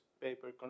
paper